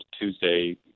Tuesday